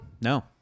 No